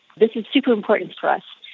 this is super important to us.